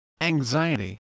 anxiety